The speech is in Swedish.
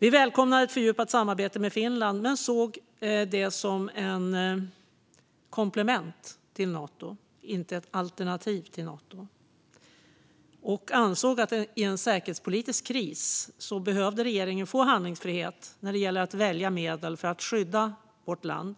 Vi välkomnade ett fördjupat samarbete med Finland men såg det som ett komplement till Nato, inte som ett alternativ till Nato. Vi ansåg att vid en säkerhetspolitisk kris behövde regeringen få handlingsfrihet att kunna välja medel för att skydda vårt land,